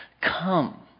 Come